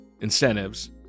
incentives